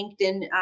LinkedIn